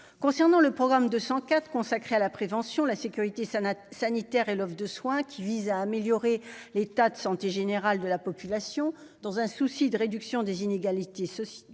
concernant le programme 204 consacré à la prévention, la sécurité, Sana sanitaire et l'offre de soins qui vise à améliorer l'état de santé général de la population dans un souci de réduction des inégalités sociales,